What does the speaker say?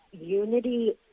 unity